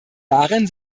darin